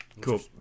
Cool